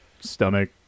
stomach